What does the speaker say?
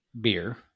beer